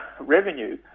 revenue